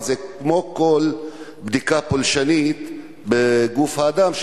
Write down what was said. אבל זה כמו כל בדיקה פולשנית בגוף האדם,